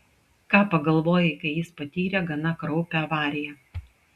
ką pagalvojai kai jis patyrė gana kraupią avariją